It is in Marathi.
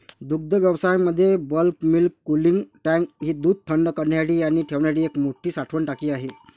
दुग्धव्यवसायामध्ये बल्क मिल्क कूलिंग टँक ही दूध थंड करण्यासाठी आणि ठेवण्यासाठी एक मोठी साठवण टाकी आहे